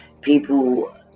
people